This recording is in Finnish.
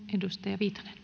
arvoisa